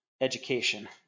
education